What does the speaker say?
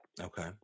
Okay